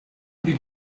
pri